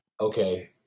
Okay